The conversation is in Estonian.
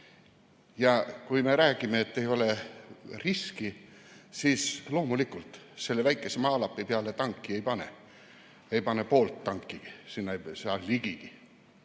Kui me räägime, et ei ole riski, siis loomulikult selle väikese maalapi peale tanki ei pane. Ei pane poolt tankigi, sinna ei saa ligigi.